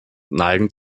neigen